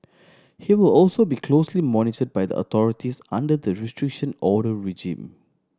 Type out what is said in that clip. he will also be closely monitored by the authorities under the Restriction Order regime